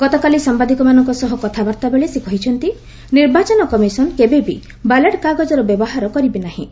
ଗତକାଲି ସାମ୍ଭାଦିକମାନଙ୍କ ସହ କଥାବାର୍ତ୍ତା ବେଳେ ସେ କହିଛନ୍ତି ନିର୍ବାଚନ କମିଶନ କେବେବି ବାଲାଟ୍ କାଗଜର ବ୍ୟବହାର କରିବେ ନାହିଁ